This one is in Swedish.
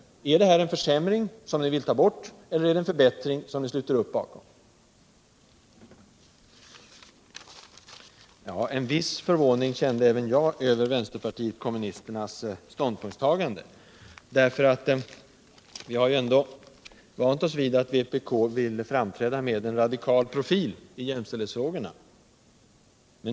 Anser ni att förslaget innebär en försämring, eller anser ni att det innebär en förbättring som ni vill stödja? En viss förvåning kände även jag inför vänsterpartiet kommunisternas ståndpunktistagande. Vi har ju ändå vant oss vid att vpk vill framträda med en radikal profil i jämställdhetsfragorna.